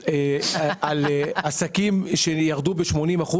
עסקים שירדו ב-80%.